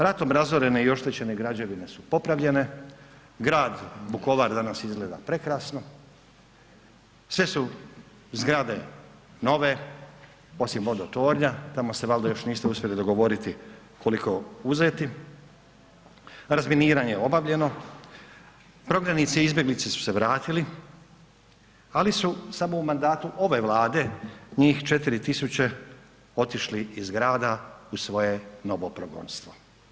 Ratom razorene i oštećene građevine su popravljene, grad Vukovar danas izgleda prekrasno, sve su zgrade nove, osim Vodotornja, tamo se valjda još niste uspjeli dogovoriti koliko uzeti, razminiranje obavljeno, prognanici i izbjeglice su se vratili, ali su samo u mandatu ove Vlade njih 4.000 otišli iz grada u svoje novo progonstvo.